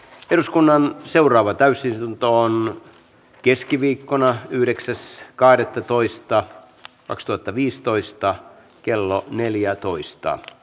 eduskunnan seuraava täysi hinta on keskiviikkona yhdeksäs kahdettatoista ax tuote viisitoista kello neljätoista